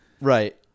Right